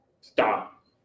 stop